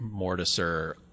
mortiser